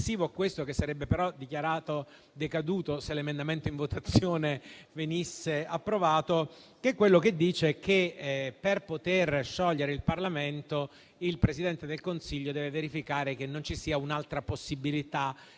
questo, che sarebbe però dichiarato decaduto se l'emendamento in votazione venisse approvato: quello che dice che, per poter sciogliere il Parlamento, il Presidente del Consiglio deve verificare che non ci sia un'altra possibilità